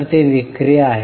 तर ती विक्री आहे